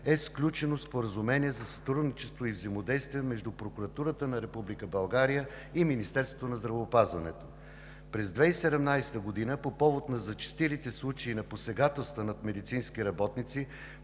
е сключено Споразумение за сътрудничество и взаимодействие между Прокуратурата на Република България и Министерството на здравеопазването. През 2017 г. по повод на зачестилите случаи на посегателства над медицински работници